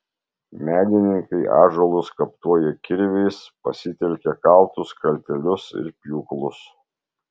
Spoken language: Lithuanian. menininkai ąžuolus skaptuoja kirviais pasitelkia kaltus kaltelius ir pjūklus